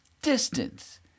Distance